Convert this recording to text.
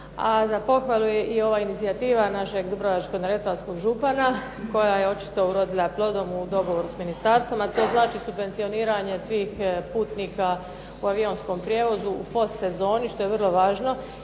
za pohvalu je i ova inicijativa našeg Dubrovačko-neretvanskog župana koja je očito urodila plodom u dogovoru s ministarstvom, a to je znači subvencioniranje svih putnika u avionskom prijevozu u postsezoni što je vrlo važno.